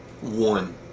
One